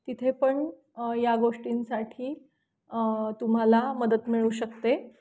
तिथे पण या गोष्टींसाठी तुम्हाला मदत मिळू शकते